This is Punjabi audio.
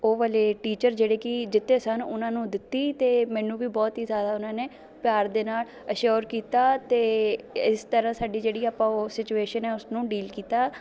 ਉਹ ਵਾਲੇ ਟੀਚਰ ਜਿਹੜੇ ਕਿ ਜਿੱਤੇ ਸਨ ਉਹਨਾਂ ਨੂੰ ਦਿੱਤੀ ਅਤੇ ਮੈਨੂੰ ਵੀ ਬਹੁਤ ਹੀ ਜ਼ਿਆਦਾ ਉਹਨਾਂ ਨੇ ਪਿਆਰ ਦੇ ਨਾਲ਼ ਅਸ਼ੋਰ ਕੀਤਾ ਅਤੇ ਇਸ ਤਰ੍ਹਾਂ ਸਾਡੀ ਜਿਹੜੀ ਆਪਾਂ ਉਹ ਸਿਚੁਏਸ਼ਨ ਹੈ ਉਸ ਨੂੰ ਡੀਲ ਕੀਤਾ